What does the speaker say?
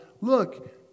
look